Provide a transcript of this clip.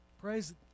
Praise